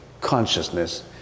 consciousness